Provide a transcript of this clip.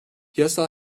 yasa